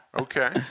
Okay